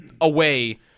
away